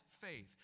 faith